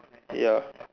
ya